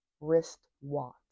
wristwatch